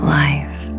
life